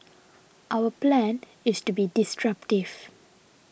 our plan is to be disruptive